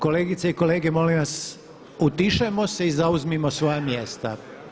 Kolegice i kolege molim vas utišajmo se i zauzmimo svoja mjesta.